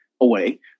away